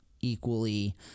equally